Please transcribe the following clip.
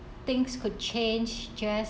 things could change just